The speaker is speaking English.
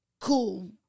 Cool